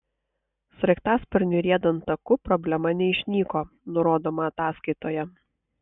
sraigtasparniui riedant taku problema neišnyko nurodoma ataskaitoje